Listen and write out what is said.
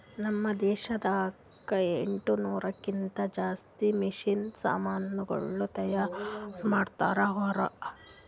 ನಾಮ್ ದೇಶದಾಗ ಎಂಟನೂರಕ್ಕಿಂತಾ ಜಾಸ್ತಿ ಮಷೀನ್ ಸಮಾನುಗಳು ತೈಯಾರ್ ಮಾಡೋರ್ ಹರಾ